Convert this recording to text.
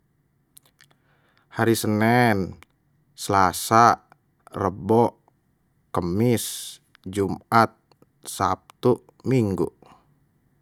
Hari senen, selasa, rebo, kemis, jumat, sabtu, minggu